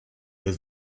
his